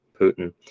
Putin